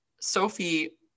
Sophie